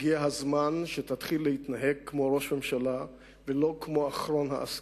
הגיע הזמן שתתחיל להתנהג כמו ראש ממשלה ולא כמו אחרון העסקנים.